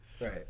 Right